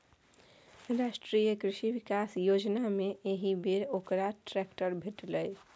राष्ट्रीय कृषि विकास योजनामे एहिबेर ओकरा ट्रैक्टर भेटलै